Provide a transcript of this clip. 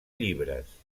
llibres